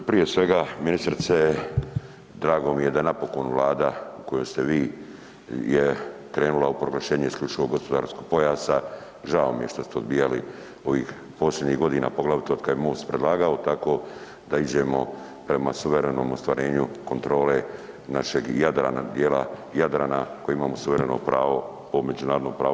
Pa prije svega ministrice drago mi je da napokon Vlada u kojoj ste vi je krenula u proglašenje isključivog gospodarskog pojasa, žao mi je što ste odbijali ovih posljednjih godina, a poglavito od kad je MOST predlagao tako da iđemo prema suverenom ostvarenju kontrole našeg Jadrana, dijela Jadrana koje imamo suvereno pravo po međunarodnom pravu.